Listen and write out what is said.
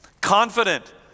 Confident